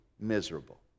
miserable